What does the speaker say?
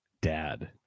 dad